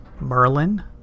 Merlin